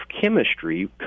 chemistry